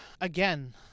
again